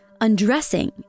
undressing